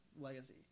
legacy